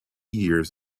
years